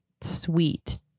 sweet